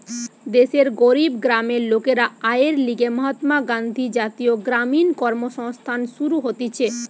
দেশের গরিব গ্রামের লোকের আয়ের লিগে মহাত্মা গান্ধী জাতীয় গ্রামীণ কর্মসংস্থান শুরু হতিছে